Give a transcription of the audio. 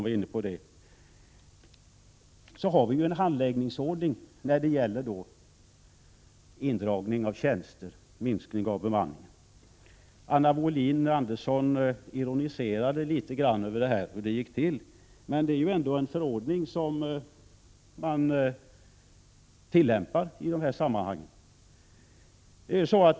Vi har där en handläggningsordning för indragning av tjänster och minskning av bemanning. Anna Wohlin-Andersson ironiserade litet grand över hur det gick till. Vi har ändock en förordning som man tillämpar i detta sammanhang.